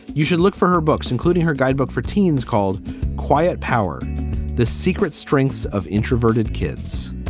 you should look for her books, including her guidebook for teens called quiet power the secret strengths of introverted kids.